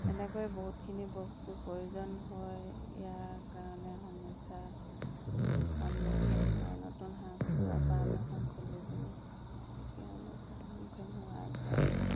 এনেকৈ বহুতখিনি বস্তু প্ৰয়োজন হয় ইয়াৰ কাৰণে সমস্যা সন্মুখীন হয় নতুন হাঁহ কুকুৰা পাম এখন খুলিবলৈ কি কি সমস্যাৰ সন্মুখীন হোৱা যায়